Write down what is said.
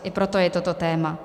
I proto je toto téma.